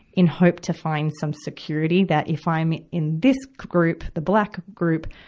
in hope to find some security that if i'm in this group, the black group,